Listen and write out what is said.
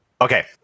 Okay